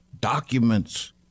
documents